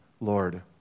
Lord